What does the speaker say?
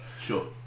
sure